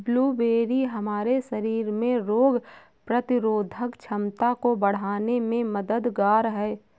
blueberry हमारे शरीर में रोग प्रतिरोधक क्षमता को बढ़ाने में मददगार है